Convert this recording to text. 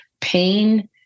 pain